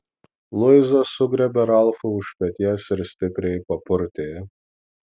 luiza sugriebė ralfui už peties ir stipriai papurtė